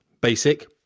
basic